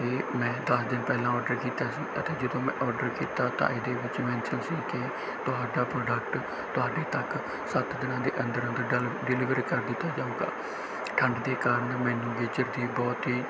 ਇਹ ਮੈਂ ਦਸ ਦਿਨ ਪਹਿਲਾਂ ਔਡਰ ਕੀਤਾ ਸੀ ਅਤੇ ਜਦੋਂ ਮੈਂ ਔਡਰ ਕੀਤਾ ਤਾਂ ਇਹਦੇ ਵਿੱਚ ਮੈਨਸ਼ਨ ਸੀ ਕਿ ਤੁਹਾਡਾ ਪ੍ਰੋਡਕਟ ਤੁਹਾਡੇ ਤੱਕ ਸੱਤ ਦਿਨਾਂ ਦੇ ਅੰਦਰ ਅੰਦਰ ਡਲ ਡਿਲੀਵਰ ਕਰ ਦਿੱਤਾ ਜਾਵੇਗਾ ਠੰਡ ਦੇ ਕਾਰਨ ਮੈਨੂੰ ਗੀਜਰ ਦੀ ਬਹੁਤ ਹੀ